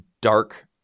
dark